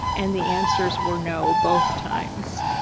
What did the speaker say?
and the answers were no both times.